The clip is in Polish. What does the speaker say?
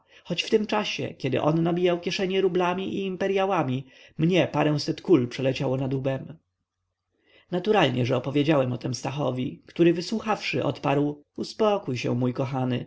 choć w tym czasie kiedy on nabijał kieszenie rublami i imperyałami mnie paręset kul przeleciało nad łbem naturalnie że opowiedziałem o tem stachowi który wysłuchawszy odparł uspokój się mój kochany